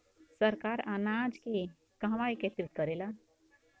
सरकार अनाज के कहवा एकत्रित करेला?